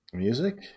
music